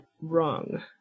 wrong